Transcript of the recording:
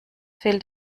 fehlt